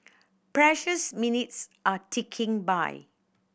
precious minutes are ticking by